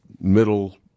middle